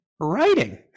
writing